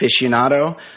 aficionado